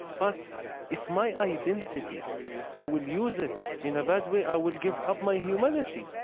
but if my identity i will use it in a bad way, i will give up my humanity.